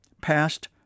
past